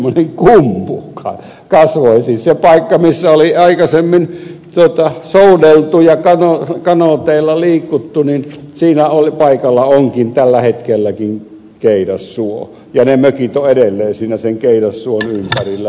siis semmoinen kumpukka kasvoi siis siinä paikalla missä oli aikaisemmin soudeltu ja kanooteilla liikuttu on tällä hetkelläkin keidassuo ja ne mökit ovat edelleen siinä sen keidassuon ympärillä